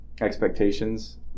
expectations